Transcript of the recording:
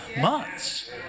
months